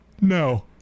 No